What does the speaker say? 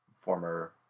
former